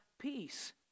peace